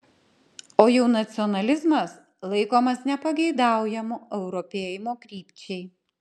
o jau nacionalizmas laikomas nepageidaujamu europėjimo krypčiai